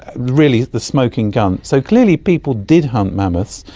really the smoking gun. so clearly people did hunt mammoths,